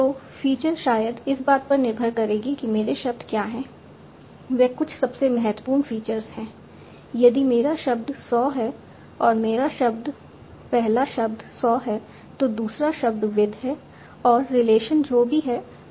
तो फ़ीचर शायद इस बात पर निर्भर करेगी कि मेरे शब्द क्या हैं वे कुछ सबसे महत्वपूर्ण फीचर्स हैं यदि मेरा शब्द सॉ है और मेरा शब्द पहला शब्द सॉ है तो दूसरा शब्द विद है और रिलेशन जो भी है वह यहां PP है